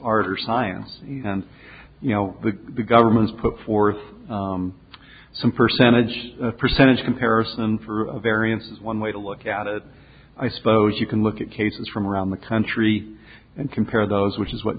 art or science and you know the government's put forth some percentage percentage comparison for a variance is one way to look at it i suppose you can look at cases from around the country and compare those which is what